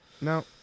no